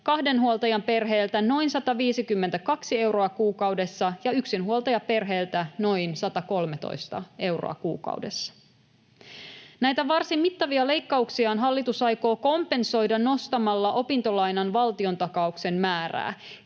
kahden huoltajan perheeltä noin 152 euroa kuukaudessa ja yksinhuoltajaperheeltä noin 113 euroa kuukaudessa. Näitä varsin mittavia leikkauksiaan hallitus aikoo kompensoida nostamalla opintolainan valtiontakauksen määrää.